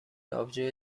آبجو